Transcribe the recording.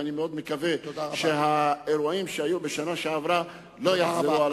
ואני מאוד מקווה שהאירועים שהיו בשנה שעברה לא יחזרו.